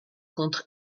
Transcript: contre